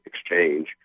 exchange